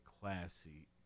classy